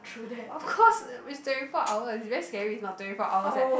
of course it's twenty four hours it's very scary if not twenty four hours eh